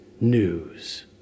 news